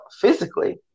physically